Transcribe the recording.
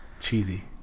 cheesy